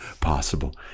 possible